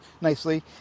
nicely